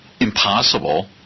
impossible